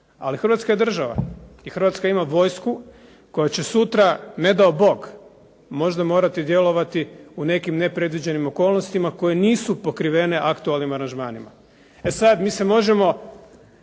Ali Hrvatska je država, i Hrvatska ima vojsku koja će sutra, ne dao Bog, možda morati djelovati u nekim nepredviđenim okolnostima koje nisu pokrivene aktualnim aranžmanima. E sad, mi se možemo